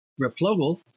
Replogle